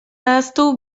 ahaztu